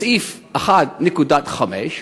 סעיף 1.5,